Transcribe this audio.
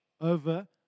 Over